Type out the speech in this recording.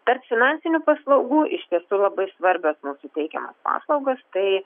tarp finansinių paslaugų iš tiesų labai svarbios mūsų teikiamos paslaugos tai